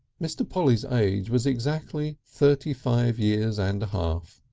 mr. polly's age was exactly thirty-five years and a half.